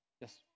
Yes